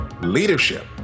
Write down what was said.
Leadership